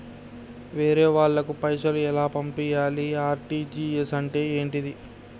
వేరే వాళ్ళకు పైసలు ఎలా పంపియ్యాలి? ఆర్.టి.జి.ఎస్ అంటే ఏంటిది?